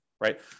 right